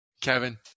Kevin